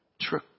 true